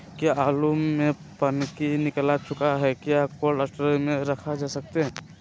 क्या आलु में पनकी निकला चुका हा क्या कोल्ड स्टोरेज में रख सकते हैं?